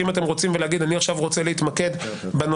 אם אתם רוצים להגיד שאני עכשיו רוצה להתמקד בנושא